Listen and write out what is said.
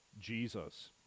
Jesus